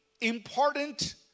important